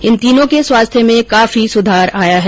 इन तीनों के स्वास्थ्य में काफी सुधार आया है